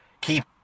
keep